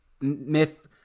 myth